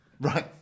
Right